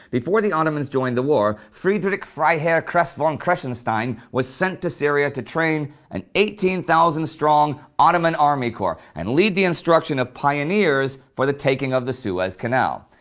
before the ottomans joined the war, friedrich freiherr kress von kressenstein was sent to syria to train an eighteen thousand strong ottoman army corps and lead the instruction of pioneers for the taking of the suez canal.